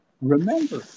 remember